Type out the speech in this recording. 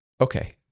okay